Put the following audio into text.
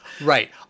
Right